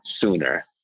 sooner